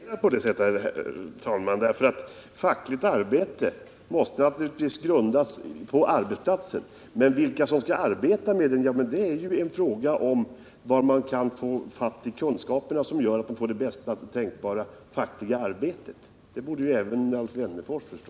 Herr talman! Det går inte att resonera på det sättet. Det fackliga arbetet måste naturligtvis ha arbetsplatsen som bas, men vilka som skall utföra det fackliga arbetet är en fråga om var de bästa kunskaperna finns och var man kan få det bästa fackliga arbetet utfört. Det borde ju även Alf Wennerfors förstå.